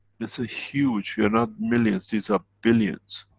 it's a huge. we are not millions, these are billions.